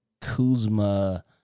Kuzma